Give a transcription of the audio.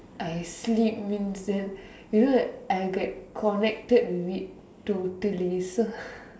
I sleep means then you know that I'll get connected with it totally so